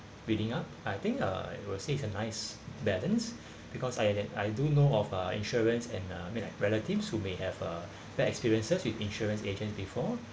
reading up I think uh it will say it's a nice balance because I that I do know of uh insurance and uh I mean like relatives who may have a bad experiences with insurance agents before